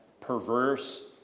perverse